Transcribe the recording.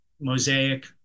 mosaic